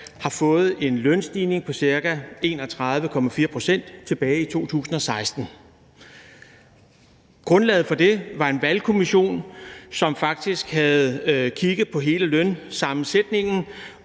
har fået en lønstigning på ca. 31,4 pct. tilbage i 2016. Grundlaget for det var, at en Vederlagskommission faktisk havde kigget på hele lønsammensætningen,